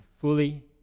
fully